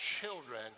children